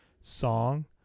song